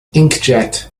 inkjet